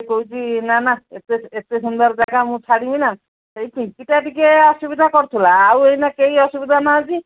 ସେ କହୁଛି ନା ନା ଏତେ ଏତେ ସୁନ୍ଦର ଜାଗା ମୁଁ ଛାଡ଼ିବି ନା ସେଇ ପିଙ୍କିଟା ଟିକେ ଅସୁବିଧା କରୁଥିଲା ଆଉ ଏଇନା କେହି ଅସୁବିଧା ନାହାନ୍ତି